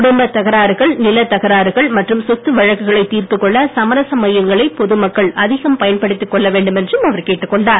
குடும்பத்தகராறுகள் நிலத் தகராறுகள் மற்றும் சொத்து வழக்குகளை தீர்த்துக் கொள்ள சமரச மையங்களை பொது மக்கள் அதிகம் பயன்படுத்திக் கொள்ள வேண்டும் என்றும் அவர் கேட்டுக் கொண்டார்